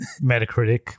Metacritic